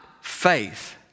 faith